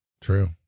True